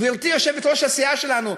גברתי יושבת-ראש הסיעה שלנו,